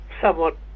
somewhat